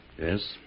Yes